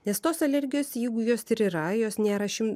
nes tos alergijos jeigu jos ir yra jos nėra šim